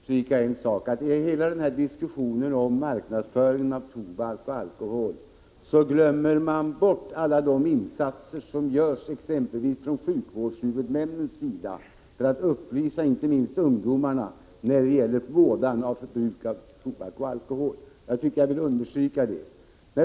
Herr talman! Jag vill bara understryka en sak. I hela denna diskussion om marknadsföring av tobak och alkohol glömmer man bort alla de insatser som görs exempelvis från sjukvårdshuvudmännens sida för att upplysa inte minst ungdomarna om vådan av att bruka tobak och alkohol. Jag vill understryka detta.